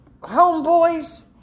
homeboys